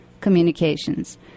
communications